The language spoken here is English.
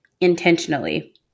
intentionally